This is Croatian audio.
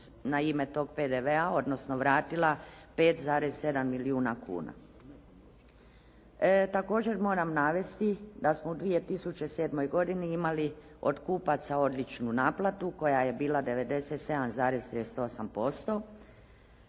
na ime tog PDV-a, odnosno vratila 5,7 milijuna kuna. Također moram navesti da smo u 2007. godini imali od kupaca odličnu naplatu koja je bila '97,38%